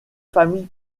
familles